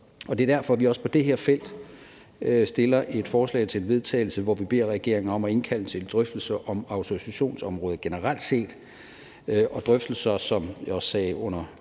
og det er derfor, at vi også på det her felt stiller et forslag til vedtagelse, hvor vi beder regeringen om at indkalde til en drøftelse om autorisationsområdet generelt set, og drøftelser, som jeg også sagde under